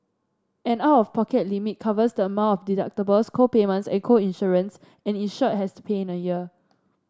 an out of pocket limit covers the amount of deductibles co payments and co insurance an insured has to pay in a year